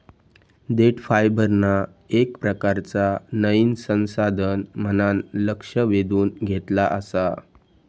देठ फायबरना येक प्रकारचा नयीन संसाधन म्हणान लक्ष वेधून घेतला आसा